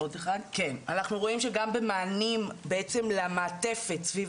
אנחנו רואים שגם במענים למעטפת סביב